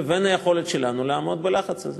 לבין היכולת שלנו לעמוד בלחץ הזה.